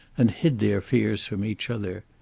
and hid their fears from each other.